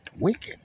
wicked